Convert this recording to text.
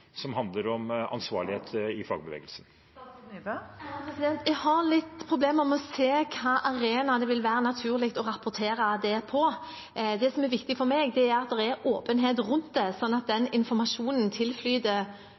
som handler om ansvarlighet i fagbevegelsen. Jeg har litt problemer med å se hvilken arena det vil være naturlig å rapportere om det på. Det som er viktig for meg, er at det er åpenhet rundt det, sånn at den informasjonen tilflyter